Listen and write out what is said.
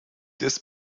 des